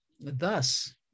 thus